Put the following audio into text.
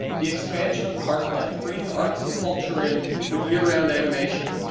the expansion of park land, bringing arts and culture in with year-round animation,